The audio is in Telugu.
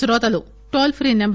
శ్రోతలు టోల్ ఫ్రీ సెం